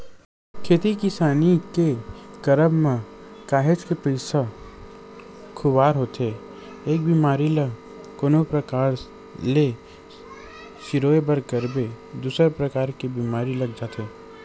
खेती किसानी के करब म काहेच के पइसा खुवार होथे एक बेमारी ल कोनो परकार ले सिरोय बर करबे दूसर परकार के बीमारी लग जाथे